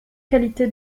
qualité